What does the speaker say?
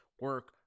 Work